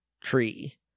tree